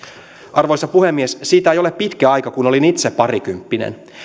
arvoisa puhemies siitä ei ole pitkä aika kun olin itse parikymppinen